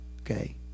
Okay